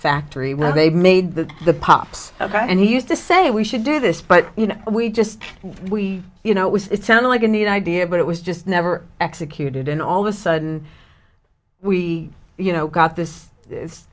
factory where they made that the pops and he used to say we should do this but you know we just we you know it was it sounds like a neat idea but it was just never executed and all the sudden we you know got this